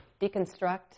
deconstruct